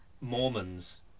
Mormons